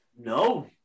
No